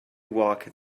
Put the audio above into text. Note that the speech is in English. walk